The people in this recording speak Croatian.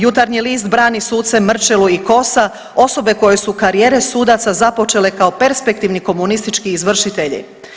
Jutarnji list brani suce Mrčelu i Kosa, osobe koje su karijere sudaca započele kao perspektivni komunistički izvršitelji.